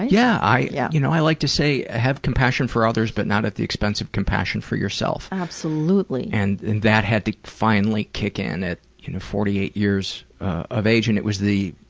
yeah, i yeah you know i like to say have compassion for others but not at the expense of compassion for yourself. absolutely. and that had to finally kick in at you know forty eight years of age. and it was the